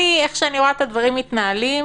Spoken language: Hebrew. איך שאני רואה את הדברים מתנהלים,